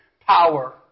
power